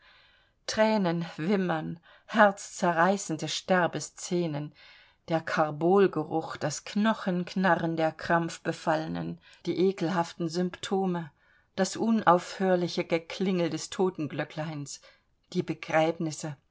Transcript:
thränen wimmern herzzerreißende sterbescenen der karbolgeruch das knochenknarren der krampfbefallenen die ekelhaften symptome das unaufhörliche geklingel des totenglöckleins die begräbnisse